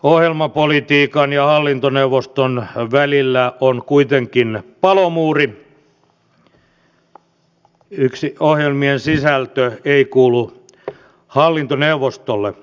ohjelmapolitiikan ja hallintoneuvoston välillä on kuitenkin palomuuri ja ohjelmien sisältö ei kuulu hallintoneuvostolle